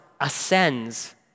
ascends